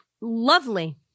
lovely